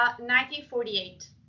1948